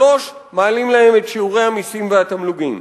שלוש שנים מעלים להן את שיעורי המסים והתמלוגים.